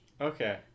okay